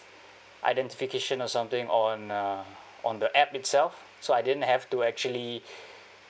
identification or something on um on the app itself so I didn't have to actually